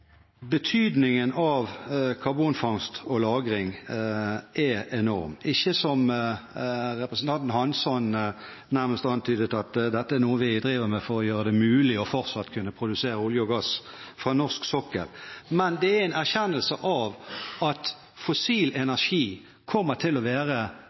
Betydningen av karbonfangst og -lagring er enorm. Det er ikke som representanten Hansson nærmest antydet, at dette er noe vi driver med for å gjøre det mulig fortsatt å kunne produsere olje og gass fra norsk sokkel, men det er en erkjennelse av at fossil energi kommer til å være